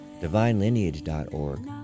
Divinelineage.org